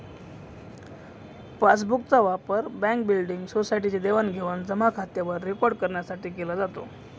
passbook चा वापर bank, building, society चे देवाणघेवाण जमा खात्यावर रेकॉर्ड करण्यासाठी केला जातो